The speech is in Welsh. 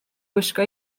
gwisgo